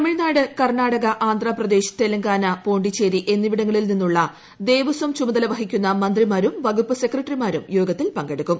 തമിഴ്നാട് കർണാടക ആന്ധ്രാപ്രദേശ് തെലങ്കാന പോണ്ടിച്ചേരി എന്നിവിടങ്ങളിൽ നിന്നുള്ളൂ ദ്രേപ്പ്സ്വം ചുമതല വഹിക്കുന്ന മന്ത്രിമാരും വകുപ്പു സെക്രട്ടറിമാരും മ്യോഗ്ഗത്തിൽ പങ്കെടുക്കും